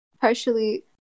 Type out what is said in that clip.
partially